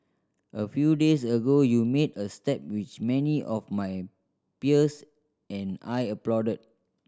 a few days ago you made a step which many of my peers and I applauded